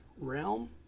realm